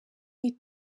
iyi